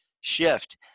shift